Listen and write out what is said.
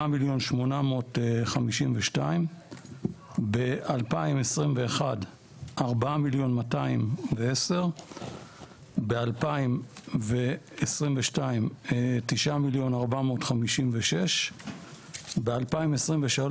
4,852,000. ב-2021 4,210,000. ב-2022 9,456,000. ב-2023